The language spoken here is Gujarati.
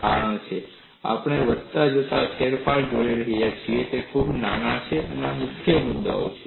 કારણ છે આપણે વધતા જતા ફેરફારો જોઈ રહ્યા છીએ જે ખૂબ નાના છે આ મુખ્ય મુદ્દો છે